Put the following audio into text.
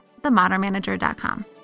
themodernmanager.com